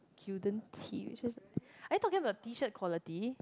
Gildan tee it's just I'm talking about T shirt quality